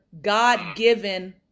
God-given